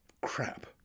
crap